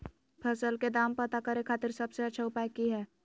फसल के दाम पता करे खातिर सबसे अच्छा उपाय की हय?